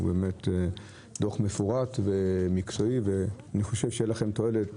הוא דוח מפורט ומקצועי ואני חושב שתהיה לכם תועלת